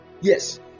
Yes